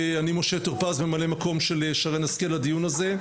אני ממלא מקום של שרן השכל לדיון הזה,